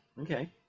Okay